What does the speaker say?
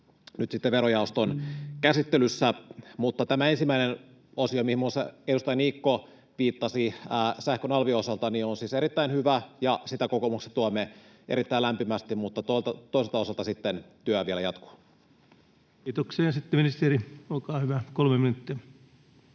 nyt sitten verojaoston käsittelyssä. Mutta tämä ensimmäinen osio, mihin muun muassa edustaja Niikko viittasi sähkön alvin osalta, on siis erittäin hyvä, ja sitä kokoomuksessa tuemme erittäin lämpimästi, mutta toiselta osalta sitten työ vielä jatkuu. Kiitoksia. — Ja sitten ministeri, olkaa hyvä, kolme minuuttia.